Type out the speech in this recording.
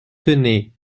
tenez